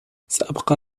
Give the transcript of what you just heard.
سأبقى